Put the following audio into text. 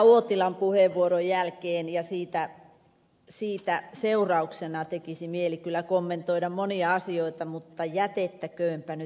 uotilan puheenvuoron jälkeen ja sen seurauksena tekisi mieli kyllä kommentoida monia asioita mutta jätettäköön se nyt tässä